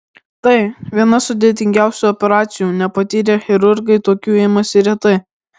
tai viena sudėtingiausių operacijų nepatyrę chirurgai tokių imasi retai